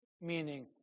meaning